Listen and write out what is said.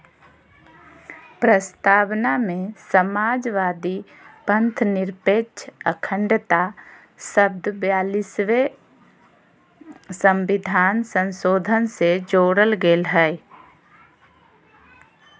प्रस्तावना में समाजवादी, पथंनिरपेक्ष, अखण्डता शब्द ब्यालिसवें सविधान संशोधन से जोरल गेल हइ